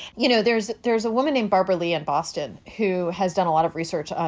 you know, there's there's a woman in barbara lee in boston who has done a lot of research,